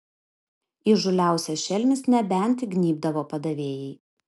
įžūliausias šelmis nebent įgnybdavo padavėjai